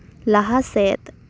ᱞᱟᱦᱟ ᱥᱮᱫ